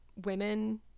women